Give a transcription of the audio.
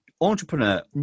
entrepreneur